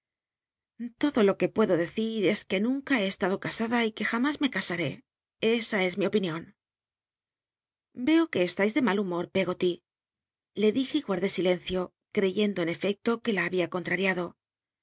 todo lo qu e puedo deci r es que nunca he eslado casada y que jamas me casaré esa es mi opinion yco que e tai de mal humor pe goty le dije y guardé ilencio creycndo en efcclo c ue la babia contrariado